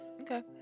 Okay